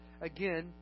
Again